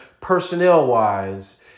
personnel-wise